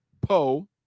Poe